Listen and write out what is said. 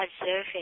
observing